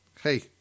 hey